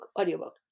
audiobook